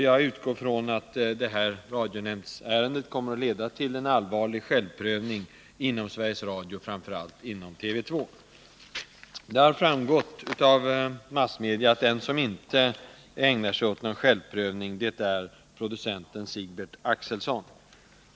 Jag utgår från att det här radionämndsärendet kommer att leda till en allvarlig självprövning inom Sveriges Radio, framför allt inom TV 2. Det har framgått av massmedia att den som inte ägnar sig åt någon självprövning är producenten Sigbert Axelson.